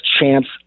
chance